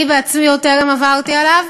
אני עצמי טרם עברתי עליו,